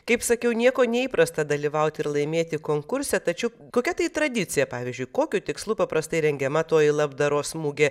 kaip sakiau nieko neįprasta dalyvauti ir laimėti konkurse tačiau kokia tai tradicija pavyzdžiui kokiu tikslu paprastai rengiama toji labdaros mugė